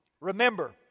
Remember